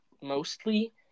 mostly